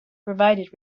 provided